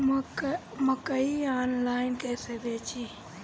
मकई आनलाइन कइसे बेची?